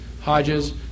Hodges